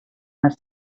els